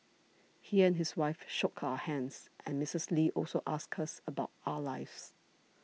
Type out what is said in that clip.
he and his wife shook our hands and Missus Lee also asked us about our lives